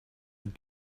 have